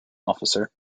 officer